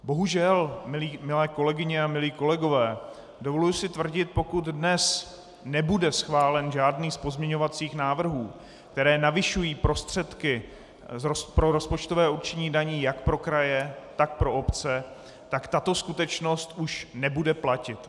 Bohužel, milé kolegyně a milí kolegové, dovoluji si tvrdit, pokud dnes nebude schválen žádný z pozměňovacích návrhů, které navyšují prostředky pro rozpočtové určení daní jak pro kraje, tak pro obce, tak tato skutečnost už nebude platit.